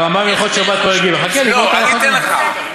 הרמב"ם, הלכות שבת, לא, אני אתן לך.